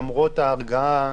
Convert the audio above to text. למרות ההרגעה,